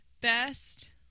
best